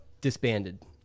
disbanded